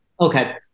Okay